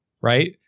Right